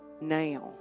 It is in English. Now